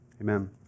Amen